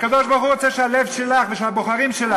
הקדוש-ברוך-הוא רוצה שהלב שלך ושל הבוחרים שלך,